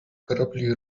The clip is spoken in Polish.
kropli